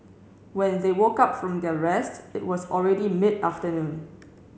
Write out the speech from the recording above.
when they woke up from their rest it was already mid afternoon